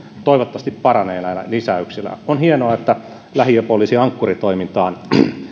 toivottavasti paranee näillä lisäyksillä on hienoa että lähiöpoliisin ankkuri toimintaan